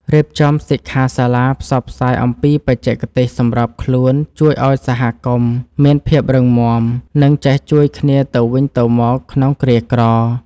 រៀបចំសិក្ខាសាលាផ្សព្វផ្សាយអំពីបច្ចេកទេសសម្របខ្លួនជួយឱ្យសហគមន៍មានភាពរឹងមាំ និង ចេះជួយគ្នាទៅវិញទៅមកក្នុងគ្រាក្រ។